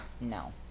No